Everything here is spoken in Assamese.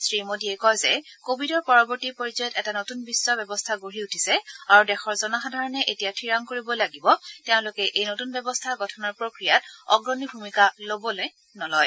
শ্ৰীমোডীয়ে কয় যে কভিডৰ পৰৱৰ্তী পৰ্যায়ত এটা নতুন বিশ্ব ব্যৱস্থা গঢ়ি উঠিছে আৰু দেশৰ জনসাধাৰণে এতিয়া ঠিৰাং কৰিব লাগিব তেওঁলোকে এই নতন ব্যৱস্থা গঠনৰ প্ৰক্ৰিয়াত অগ্ৰণী ভূমিকা ল'ব নে নলয়